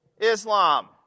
Islam